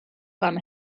fan